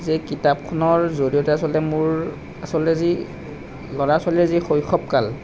যে কিতাপখনৰ জৰিয়তে আচলতে মোৰ আচলতে যি ল'ৰা ছোৱালীৰ যি শৈশৱ কাল